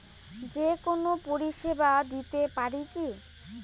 যে কোনো পরিষেবা দিতে পারি কি?